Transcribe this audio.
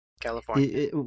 California